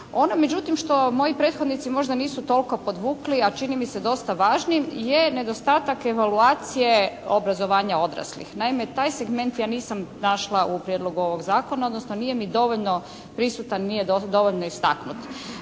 Ono međutim što moji prethodnici možda nisu toliko podvukli, a čini mi se dosta važnim je nedostatak evaluacije obrazovanja odraslih. Naime, taj segment ja nisam našla u Prijedlogu ovog Zakona, odnosno nije mi dovoljno prisutan, nije dovoljno istaknut.